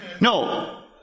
No